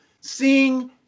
seeing